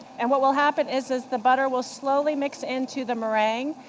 and what will happen is, as the butter will slowly mix into the meringue,